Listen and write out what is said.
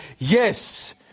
yes